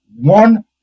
one